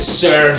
sir